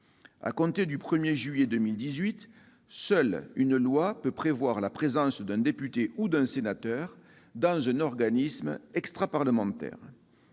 à compter du 1 juillet 2018, seule une loi pourra prévoir la présence d'un député ou d'un sénateur dans un organisme extraparlementaire.